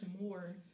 more